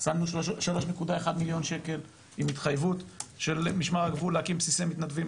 שמנו 3.1 מליון שקל עם התחייבות של משמר הגבול להקים בסיסי מתנדבים,